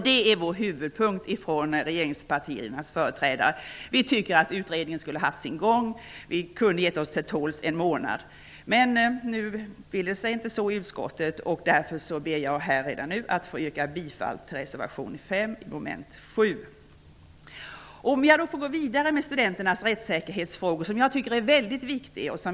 Det är vår huvudpunkt från regeringspartiernas företrädare. Vi tycker att utredningen borde fått ha sin gång. Vi kunde ha gett oss till tåls en månad. Men nu vill det sig inte så. Utskottet har fattat ett annat beslut. Därför ber jag redan nu att få yrka bifall till reservation 5 under mom. 7. Låt mig gå vidare med studenternas rättssäkerhetsfrågor, som jag tycker är väldigt viktiga.